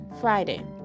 Friday